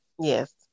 yes